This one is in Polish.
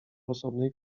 osobnej